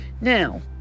Now